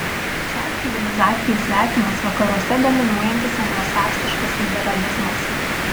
šiai civilizacijai svetimas vakaruose dominuojantis anglosaksiškas liberalizmas